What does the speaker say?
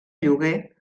lloguer